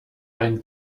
ein